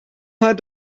had